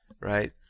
right